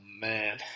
man